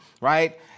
right